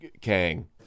Kang